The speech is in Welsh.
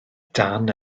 dan